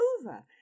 over